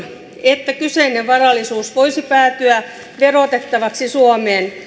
että kyseinen varallisuus voisi päätyä verotettavaksi suomeen